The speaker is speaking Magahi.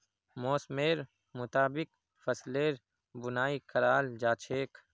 मौसमेर मुताबिक फसलेर बुनाई कराल जा छेक